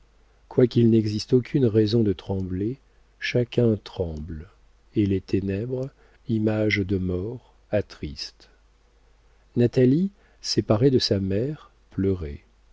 quoiqu'il n'existe aucune raison de trembler chacun tremble et les ténèbres image de mort attristent natalie séparée de sa mère pleurait